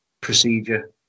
procedure